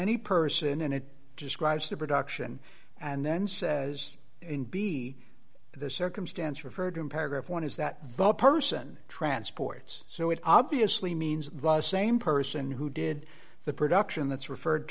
any person and it describes the production and then says in b the circumstance referred to in paragraph one is that the person transports so it obviously means law same person who did the production that's referred